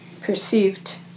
perceived